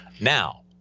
now